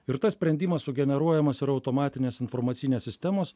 ir tą sprendimas sugeneruojamas yra automatinės informacinės sistemos